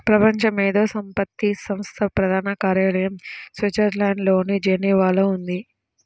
ప్రపంచ మేధో సంపత్తి సంస్థ ప్రధాన కార్యాలయం స్విట్జర్లాండ్లోని జెనీవాలో ఉంది